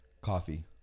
Coffee